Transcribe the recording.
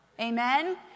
Amen